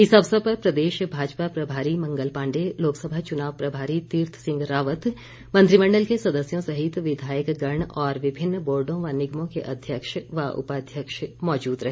इस अवसर पर प्रदेश भाजपा प्रभारी मंगल पाण्डे लोकसभा चुनाव प्रभारी तीर्थ सिंह रावत मंत्रिमण्डल के सदस्यों सहित विधायक गण और विभिन्न बोर्डो व निगमों के अध्यक्ष व उपाध्यक्ष मौजूद रहे